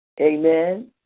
Amen